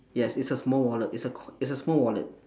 yes it's small wallet it's a co~ it's a small wallet